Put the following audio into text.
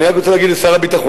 אני רק רוצה להגיד לשר הביטחון: